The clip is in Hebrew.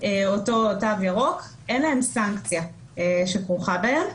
אותו תו ירוק, אין להן סנקציה שכרוכה בהן.